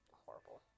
horrible